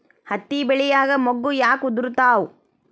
ಹತ್ತಿ ಬೆಳಿಯಾಗ ಮೊಗ್ಗು ಯಾಕ್ ಉದುರುತಾವ್?